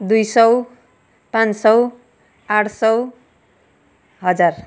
दुई सय पाँच सय आठ सय हजार